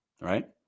right